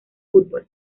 fútbol